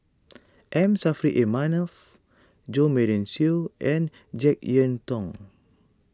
M Saffri A Manaf Jo Marion Seow and Jek Yeun Thong